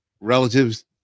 relatives